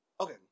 Okay